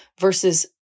versus